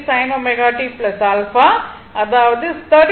23 sin ω t α அதாவது 13